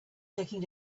taking